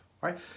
right